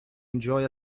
enjoy